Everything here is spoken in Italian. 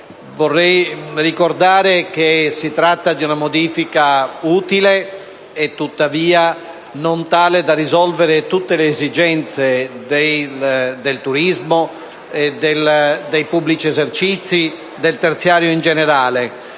Vorrei ricordare che si tratta di una modifica utile e tuttavia non tale da risolvere tutte le esigenze del turismo, dei pubblici esercizi e del terziario in generale.